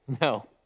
No